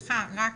סליחה רק רגע.